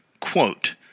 Quote